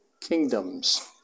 kingdoms